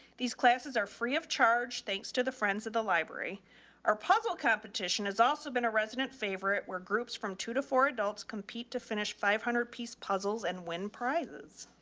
these classes are free of charge thanks to the friends of the library or puzzle competition has also been a resident favorite where groups from two to four adults compete to finish five hundred piece puzzles and win prizes.